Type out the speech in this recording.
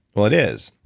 well it is,